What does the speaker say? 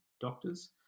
doctors